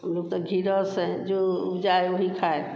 ऊ लोग तो घीलो से जो उग जाए वही खाए